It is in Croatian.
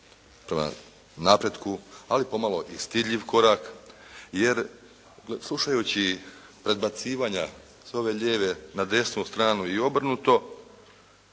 prema napretku, ali pomalo i stidljiv korak, jer slušajući predbacivanja s ove lijeve na desnu stranu i obrnuto,